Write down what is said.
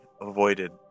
avoided